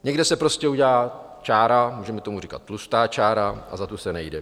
Někde se prostě udělá čára, můžeme tomu říkat tlustá čára, a za tu se nejde.